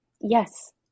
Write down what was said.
Yes